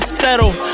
settle